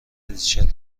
ریچل